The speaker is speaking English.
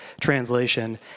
translation